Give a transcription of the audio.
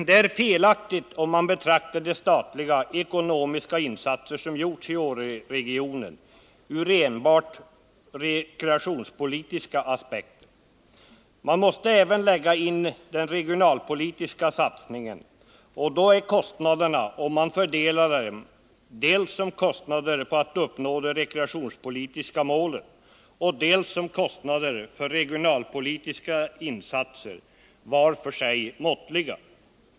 Det är felaktigt om man betraktar de statliga ekonomiska insatser som gjorts i Åreregionen ur enbart rekreationspolitiska aspekter. Man måste även räkna med den regionalpolitiska satsningen, och då är kostnaderna, om man fördelar dem dels som kostnader för att uppnå de rekreationspolitiska målen, dels som kostnader för regionalpolitiska insatser var för sig måttliga.